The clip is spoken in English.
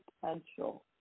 potential